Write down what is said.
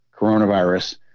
coronavirus